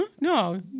No